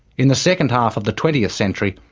in the second half of the twentieth century,